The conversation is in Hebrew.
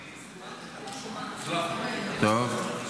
טוב.